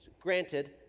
Granted